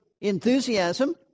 enthusiasm